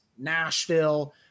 Nashville